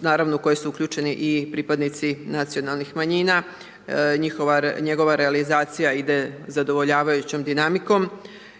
naravno u koji su uključeni i pripadnici nacionalnih manjina, njegova realizacija ide zadovoljavajućom dinamikom